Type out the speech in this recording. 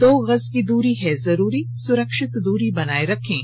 दो गज की दूरी है जरूरी सुरक्षित दूरी बनाए रखें